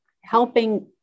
helping